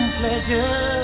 pleasure